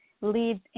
leads